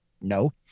no